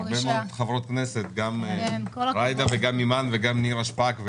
איתי נשארו גם הרבה חברות כנסת: נירה שפאק,